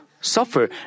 suffer